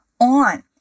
on